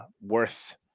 worth